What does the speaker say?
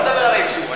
אני לא מדבר על הייצור.